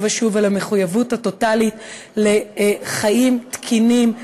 ושוב על המחויבות הטוטלית לחיים תקינים,